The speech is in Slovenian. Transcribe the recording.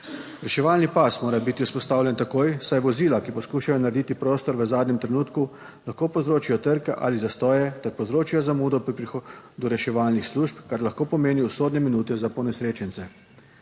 Reševalni pas mora biti vzpostavljen takoj, saj vozila, ki poskušajo narediti prostor v zadnjem trenutku, lahko povzročijo trke ali zastoje ter povzročijo zamudo do reševalnih služb, kar lahko pomeni usodne minute za ponesrečence.